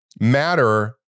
matter